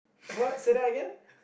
what say that again